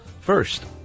First